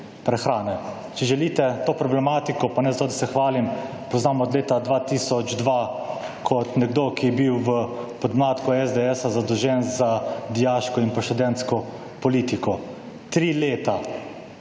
prehrane. Če želite, to problematiko, pa ne zato, da se hvalim, poznam od leta 2002, kot nekdo, ki je bil v podmladku SDS-a zadolžen za dijaško in pa študentsko politiko. 3 leta